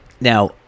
now